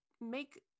make